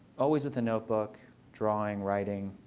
always with a notebook, drawing, writing,